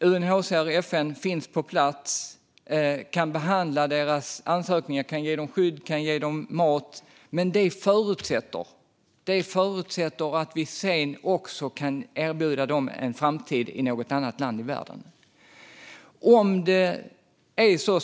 UNHCR och FN finns på plats, behandlar deras ansökningar, ger dem skydd och mat. Men det förutsätter att vi sedan kan erbjuda dem en framtid i ett annat land i världen.